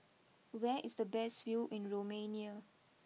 where is the best view in Romania